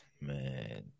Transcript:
Man